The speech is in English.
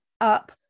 up